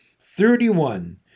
Thirty-one